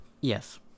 Yes